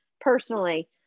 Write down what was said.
personally